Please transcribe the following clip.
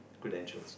Prudential's